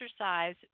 exercise